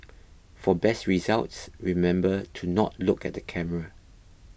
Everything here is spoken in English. for best results remember to not look at the camera